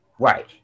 right